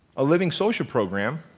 a living social program,